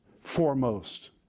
foremost